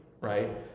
right